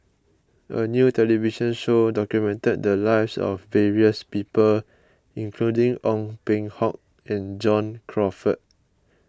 a new television show documented the lives of various people including Ong Peng Hock and John Crawfurd